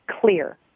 clear